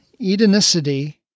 Edenicity